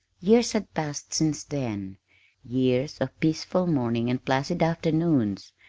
years had passed since then years of peaceful mornings and placid afternoons,